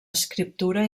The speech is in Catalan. escriptura